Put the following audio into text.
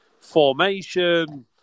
formation